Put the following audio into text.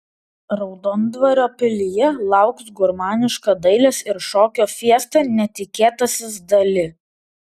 raudondvario pilyje lauks gurmaniška dailės ir šokio fiesta netikėtasis dali